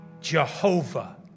Jehovah